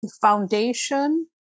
foundation